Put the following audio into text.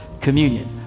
communion